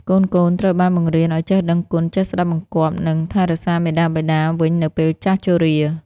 កូនៗត្រូវបានបង្រៀនឱ្យចេះដឹងគុណ ចេះស្ដាប់បង្គាប់ និងថែរក្សាមាតាបិតាវិញនៅពេលចាស់ជរា។